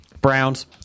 Browns